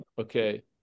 Okay